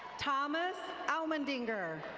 thomas almandinger.